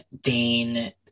Dane